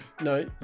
no